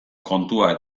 kontua